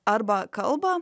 arba kalbą